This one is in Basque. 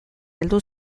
heldu